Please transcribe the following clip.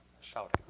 Shouting